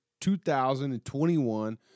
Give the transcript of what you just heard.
2021